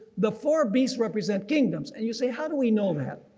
the four beasts represent kingdoms and you say how do we know that?